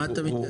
למה אתה מתכוון?